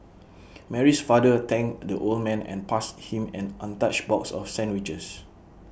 Mary's father thanked the old man and passed him an untouched box of sandwiches